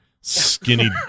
skinny